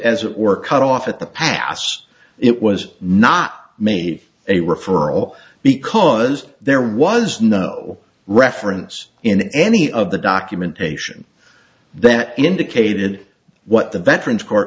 were cut off at the pass it was not made a referral because there was no reference in any of the documentation that indicated what the veterans co